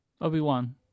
Obi-Wan